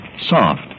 Soft